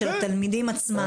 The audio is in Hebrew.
של התלמידים עצמם.